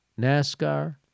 NASCAR